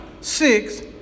six